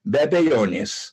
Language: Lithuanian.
be abejonės